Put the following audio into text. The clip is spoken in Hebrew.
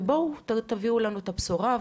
ובואו תביאו לנו את הבשורה.